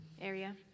area